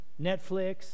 netflix